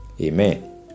Amen